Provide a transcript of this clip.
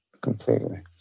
completely